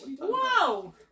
Whoa